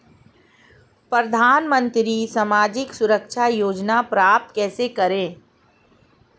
प्रधानमंत्री सामाजिक सुरक्षा योजना प्राप्त कैसे करें?